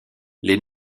les